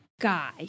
guy